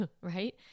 right